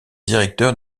directeur